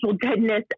goodness